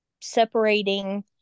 separating